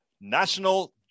National